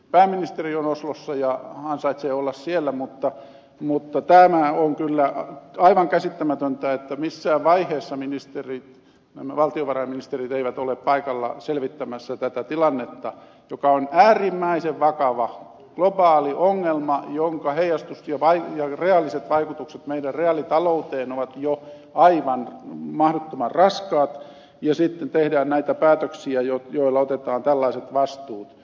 pääministeri on oslossa ja ansaitsee olla siellä mutta tämä on kyllä aivan käsittämätöntä että missään vaiheessa valtiovarainministerit eivät ole paikalla selvittämässä tätä tilannetta joka on äärimmäisen vakava globaali ongelma jonka reaaliset vaikutukset meidän reaalitalouteemme ovat jo aivan mahdottoman raskaat ja sitten tehdään näitä päätöksiä joilla otetaan tällaiset vastuut